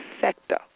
sector